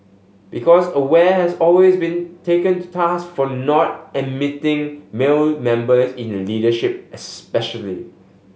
because Aware has always been taken to task for not admitting male members in the leadership especially